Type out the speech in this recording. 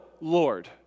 LORD